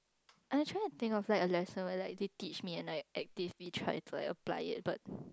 I'm trying thing of like or let they teach me and I like actively trying to apply it but